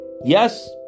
Yes